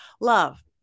love